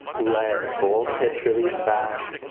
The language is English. let both hips release back.